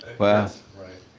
but guess, right?